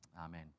amen